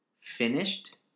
finished